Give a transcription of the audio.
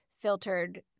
filtered